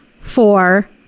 four